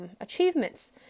achievements